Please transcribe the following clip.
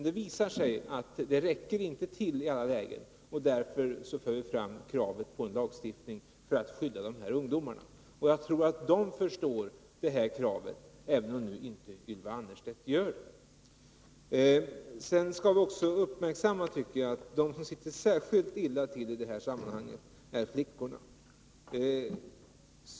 Det visar sig emellertid att de inte räcker till i alla lägen, och därför för vi fram kravet på en lagstiftning för att skydda de här ungdomarna. Jag tror att de förstår det här kravet, även om nu inte Ylva Annerstedt gör det. Jag tycker också att vi skall uppmärksamma att de som ligger särskilt dåligt tilli detta sammanhang är flickorna.